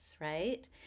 right